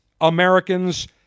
Americans